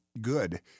good